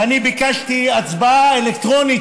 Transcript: ואני ביקשתי הצבעה אלקטרונית,